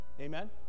Amen